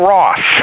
Ross